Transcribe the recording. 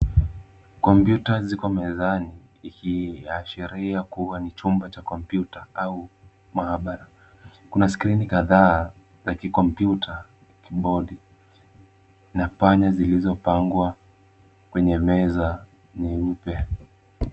Kompyuta ziko mezani zinaashiria kuwa ni chumba cha Kompyuta au maabara. Kuna skrini kadhaa za kikompyuta, kibodi na panya zilizopangwa kwenye meza nyeupe.